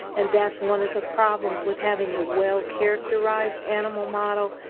and that's one of the problems with having a well-characterized animal model.